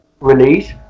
Release